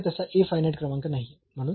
तर आपल्याकडे तसा A फायनाईट क्रमांक नाहीये